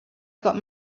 got